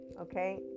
Okay